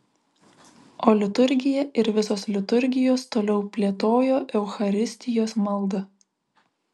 o liturgija ir visos liturgijos toliau plėtojo eucharistijos maldą